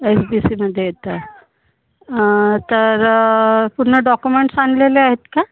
F B सीमध्ये येता तर पूर्ण डॉकुमेंट्स आणलेले आहेत का